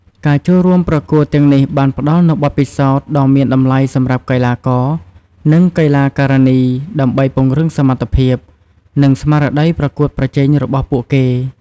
ការចូលរួមប្រកួតទាំងនេះបានផ្ដល់នូវបទពិសោធន៍ដ៏មានតម្លៃសម្រាប់កីឡាករ និង កីឡាការិនី ដើម្បីពង្រឹងសមត្ថភាព និងស្មារតីប្រកួតប្រជែងរបស់ពួកគេ។